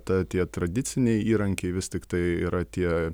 ta tie tradiciniai įrankiai vis tiktai yra tie